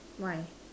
why